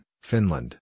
Finland